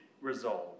resolve